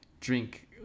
drink